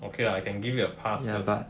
okay lah can give it a pass first